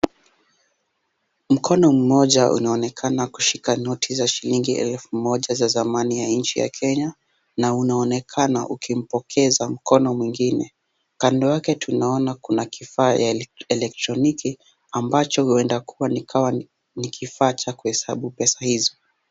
Mkono mmoja unaonekana kushika noti za shilingi elfu moja za zamani ya shilingi ya kenya na unaonekana ukimpokeza mkono mwingine. Kando yake tunaona kifaa ya kielektroniki ambacho ikawa ni kifaa cha kuhesabu pesa.